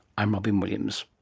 i'm robyn williams